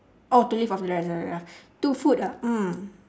oh to live off for the rest of your life two food ah mm